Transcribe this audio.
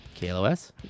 KLOS